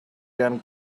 can